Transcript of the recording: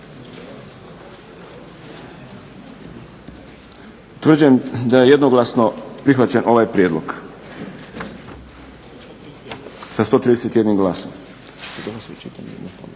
Utvrđujem da je jednoglasno prihvaćen ovaj prijedlog sa 131 glasom.